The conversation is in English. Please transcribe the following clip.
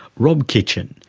rob kitchin,